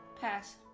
Pass